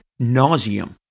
nauseum